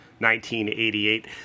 1988